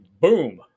boom